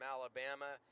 Alabama